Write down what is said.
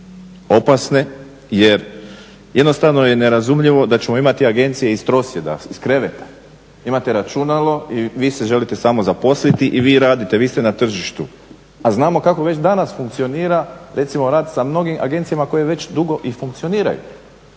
opasne jer jednostavno je nerazumljivo da ćemo imati agencije iz trosjeda, iz kreveta, imate računalo i vi se želite samo zaposliti i vi radite, vi ste na tržištu a znamo kako već danas funkcionira recimo rad sa mnogim agencijama koje već dugo i funkcioniraju,